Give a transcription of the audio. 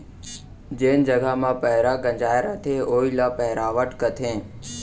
जेन जघा म पैंरा गंजाय रथे वोइ ल पैरावट कथें